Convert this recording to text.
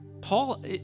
Paul